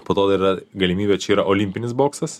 po to yra galimybė čia yra olimpinis boksas